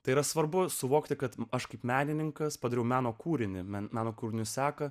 tai yra svarbu suvokti kad aš kaip menininkas padariau meno kūrinį meną meno kūrinius sako